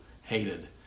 hated